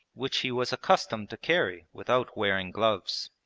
which he was accustomed to carry without wearing gloves.